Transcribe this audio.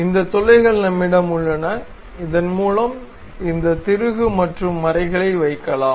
இந்த துளைகள் நம்மிடம் உள்ளன இதன் மூலம் இந்த திருகு மற்றும் மறைகளை வைக்கலாம்